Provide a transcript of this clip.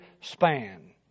span